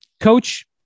Coach